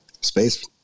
space